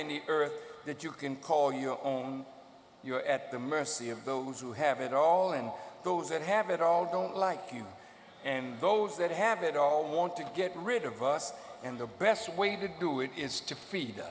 earth that you can call your own you're at the mercy of those who have it all and those that have it all don't like you and those that have it all want to get rid of us and the best way to do it is to feed